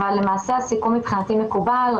אבל למעשה הסיכום מבחינתי מקובל.